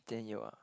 then you are